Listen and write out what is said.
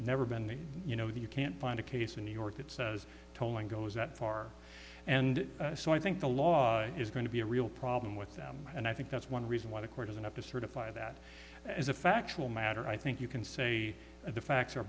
never been you know that you can't find a case in new york that says tolling goes that far and so i think the law is going to be a real problem with them and i think that's one reason why the court doesn't have to certify that as a factual matter and i think you can say of the facts are